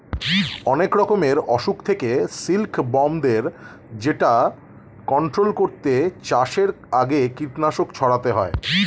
অনেক রকমের অসুখ থেকে সিল্ক বর্মদের যেটা কন্ট্রোল করতে চাষের আগে কীটনাশক ছড়াতে হয়